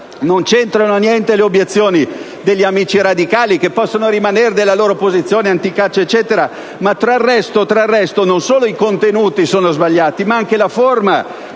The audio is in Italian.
Non c'entrano niente le obiezioni degli amici radicali, che possono rimanere della loro posizione anticaccia. Peraltro, non solo i contenuti sono sbagliati, ma anche la forma.